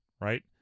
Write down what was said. right